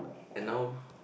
and now